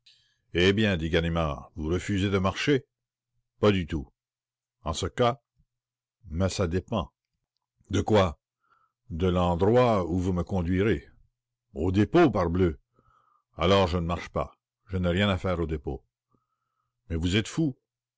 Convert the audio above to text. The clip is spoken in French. eh bien dît ganimard vous refusez de marcher pas du tout en ce cas mais ça dépend de quoi de l'endroit où vous me conduirez au dépôt parbleu alors je ne marche pas je n'ai rien à faire au dépôt mais vous êtes fou